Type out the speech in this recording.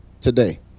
today